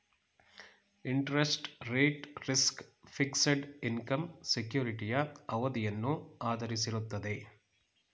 interest rate risk, fixed income ಸೆಕ್ಯೂರಿಟಿಯ ಅವಧಿಯನ್ನು ಆಧರಿಸಿರುತ್ತದೆ